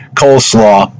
coleslaw